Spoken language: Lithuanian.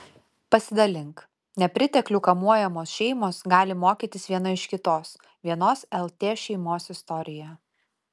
pasidalink nepriteklių kamuojamos šeimos gali mokytis viena iš kitos vienos lt šeimos istorija